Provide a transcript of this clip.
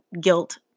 guilt